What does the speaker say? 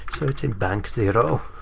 it's in bank zero.